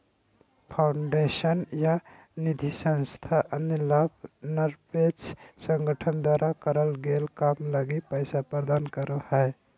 foundation या निधिसंस्था अन्य लाभ निरपेक्ष संगठन द्वारा करल गेल काम लगी पैसा प्रदान करो हय